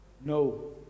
No